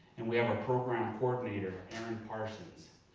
and we have a program coordinator, erin parsons.